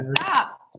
stop